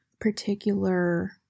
particular